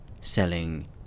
selling